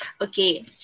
Okay